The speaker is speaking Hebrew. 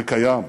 זה קיים.